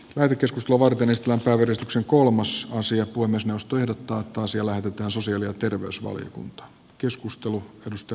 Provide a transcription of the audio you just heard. väritys luovat onnistuvansa uudistuksen kolmas asia kuin puhemiesneuvosto ehdottaa että asia lähetetään sosiaali ja terveysvaliokuntaan